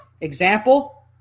example